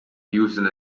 used